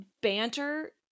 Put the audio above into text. banter